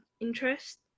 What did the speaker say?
interest